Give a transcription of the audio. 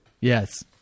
Yes